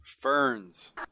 Ferns